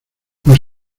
los